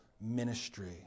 ministry